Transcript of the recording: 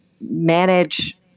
manage